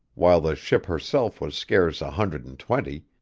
while the ship herself was scarce a hundred and twenty,